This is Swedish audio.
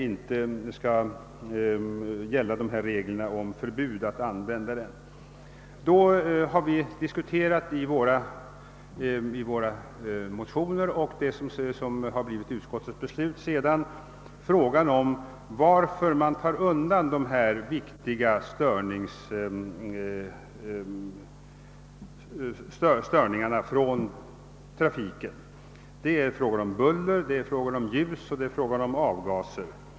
I våra motioner har vi diskuterat varför dessa viktiga störningsfaktorer undantas och utskottet har ju också följt vår linje. Det gäller buller, ljus och avgaser.